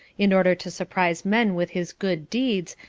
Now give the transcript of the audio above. in order to surprise men with his good deeds,